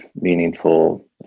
meaningful